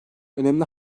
önemli